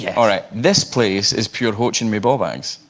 yeah. all right. this place is pure watching me bore bags